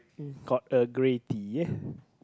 got Earl Grey tea